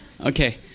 okay